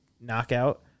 knockout